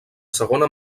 segona